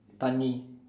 Tani